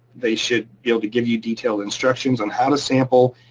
they should be able to give you detailed instructions on how to sample.